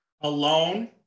alone